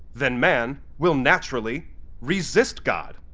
then man will naturally resist god.